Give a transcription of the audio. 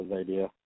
idea